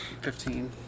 Fifteen